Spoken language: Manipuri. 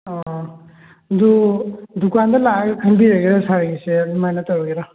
ꯑꯥ ꯑꯗꯨ ꯗꯨꯀꯥꯟꯗ ꯂꯥꯛꯑꯒ ꯈꯟꯕꯤꯔꯒꯦꯔꯥ ꯁꯥꯔꯒꯤꯁꯦ ꯑꯗꯨꯃꯥꯏꯅ ꯇꯧꯔꯒꯦꯔꯥ